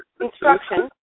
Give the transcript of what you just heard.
instruction